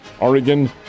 Oregon